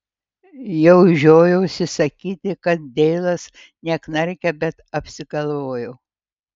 jau žiojausi sakyti kad deilas neknarkia bet apsigalvojau